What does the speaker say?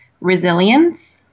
resilience